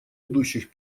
идущих